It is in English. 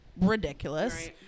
ridiculous